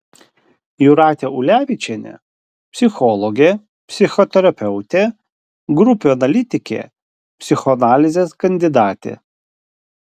jūratė ulevičienė psichologė psichoterapeutė grupių analitikė psichoanalizės kandidatė